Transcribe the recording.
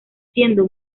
siendo